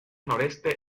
noreste